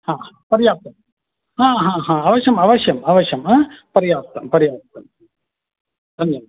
हा पर्याप्तं हा हा हा अवश्यं अवश्यं अवश्यं हा पर्याप्तं पर्याप्तं धन्यः